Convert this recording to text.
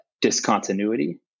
discontinuity